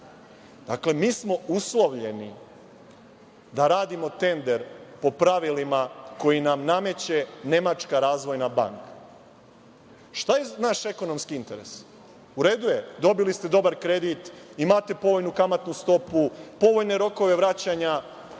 Dakle, mi smo uslovljeni da radimo tender po pravilima koje nam nameće Nemačka razvojna banka. Šta je naš ekonomski interes? U redu je, dobili ste dobar kredit, imate povoljnu kamatnu stopu, povoljne rokove vraćanja.